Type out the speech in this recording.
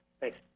Thanks